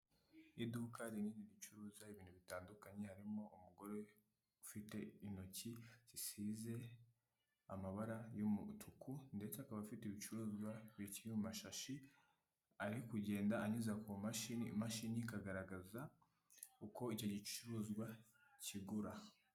Iduka rinini ricuruza ibintu bitandukanye, harimo umugore ufite intoki zisize amabara y'umutuku ndetse akaba afite ibicuruzwa bikiri mashashi ari kugenda anyuza ku mashini, imashini ikagaragaza uko icyo gicuruzwa kigura.